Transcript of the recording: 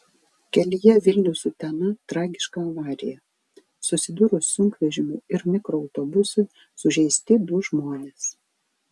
kelyje vilnius utena tragiška avarija susidūrus sunkvežimiui ir mikroautobusui sužeisti du žmonės